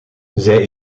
zij